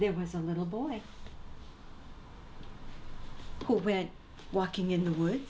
there was a little boy who went walking in the woods